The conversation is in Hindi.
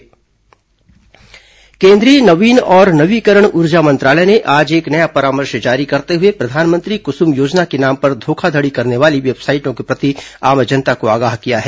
पीएम क्सुम केंद्रीय नवीन और नवीकरणीय ऊर्जा मंत्रालय ने आज एक नया परामर्श जारी करते हुए प्रधानमंत्री कुसुम योजना के नाम पर धोखाधड़ी करने वाली वेबसाइटों के प्रति आम जनता को आगाह किया है